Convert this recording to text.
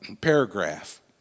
paragraph